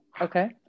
Okay